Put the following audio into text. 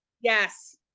Yes